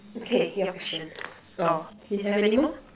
okay your question oh you have any more